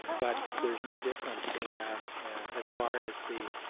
but there's no difference as far as the